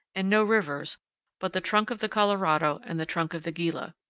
and no rivers but the trunk of the colorado and the trunk of the gila.